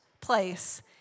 place